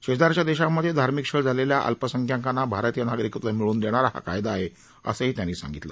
शेजारच्या देशांमध्ये धार्मिक छळ झालेल्या अल्पसंख्याकांना भारतीय नागरिकत्व मिळवून देणारा हा कायदा आहे असं त्यांनी सांगितलं